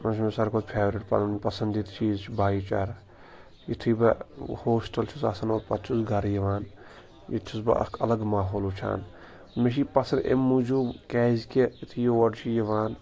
مےٚ چھُ مےٚ ساروٕے کھۄتہٕ فٮ۪ورِٹ پَنُن پَسنٛدیٖدٕ چیٖز چھِ بایی چارہ یُتھٕے بہٕ ہوسٹَل چھُس آسان اور پَتہٕ چھُس گَرٕ یِوان ییٚتہِ چھُس بہٕ اکھ الگ ماحول وٕچھان مےٚ چھُ یہِ پَسَر امہِ موٗجوٗب کیٛازِکہِ یُتھٕے یہِ اور چھُ یِوان